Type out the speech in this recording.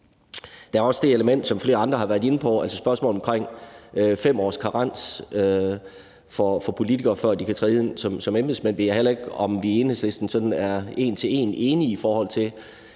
Der er også det element, som flere andre har været inde på, altså spørgsmålet om 5 års karens for politikere, før de kan træde ind som embedsmænd, og det ved jeg heller ikke om vi i Enhedslisten sådan er en til en enige i. Jeg